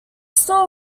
store